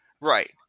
Right